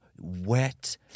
wet